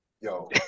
yo